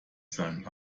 sein